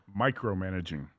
micromanaging